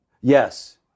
Yes